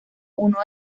uno